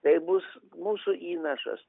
tai bus mūsų įnašas